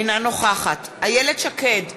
אינה נוכחת איילת שקד,